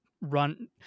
run